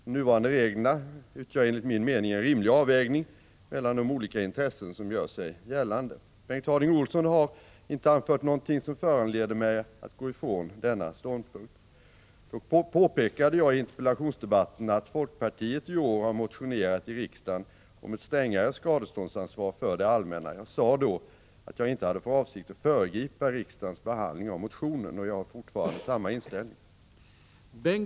De nuvarande reglerna utgör enligt min mening en rimlig avvägning mellan de olika intressen som gör sig gällande. Bengt Harding Olson har inte anfört någonting som föranleder mig att gå ifrån denna ståndpunkt. Dock påpekade jag i interpellationsdebatten att folkpartiet i år har motionerat i riksdagen om ett strängare skadeståndsansvar för det allmänna. Jag sade då att jag inte hade för avsikt att föregripa riksdagens behandling av motionen. Jag har fortfarande samma inställning.